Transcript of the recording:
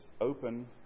open